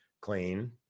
clean